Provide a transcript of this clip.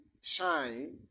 shine